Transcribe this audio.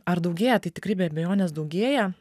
ar daugėja tai tikrai be abejonės daugėja